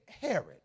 Herod